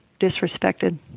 disrespected